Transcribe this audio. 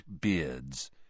beards